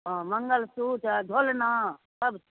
हँ मंगल सूत्र आ झोलना सब